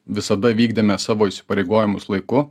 visada vykdėme savo įsipareigojimus laiku